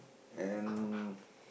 and